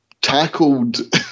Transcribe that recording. tackled